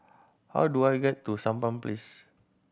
how do I get to Sampan Place